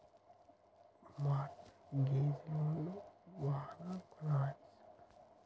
mart gauge loan లు వాహనాలను కొనడానికి ఇస్తాండ్రు